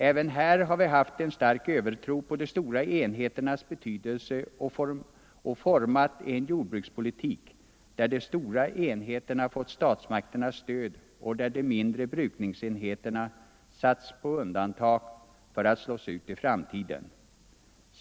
Även här har vi haft en stark övertro på de stora enheternas betydelse och format en jordbrukspolitik där de stora enheterna fått statsmakternas stöd och där de mindre brukningsenheterna satts på undantag för att slås ut i framtiden.